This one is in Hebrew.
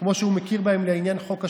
כמו שהוא מכיר בהם לעניין חוק השבות,